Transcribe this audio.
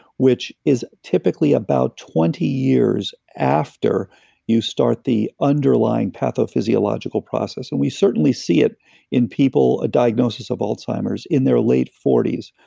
which is typically about twenty years after you start the underlying pathophysiological process. and we certainly see it in people diagnosis of alzheimer's, in their late forty s.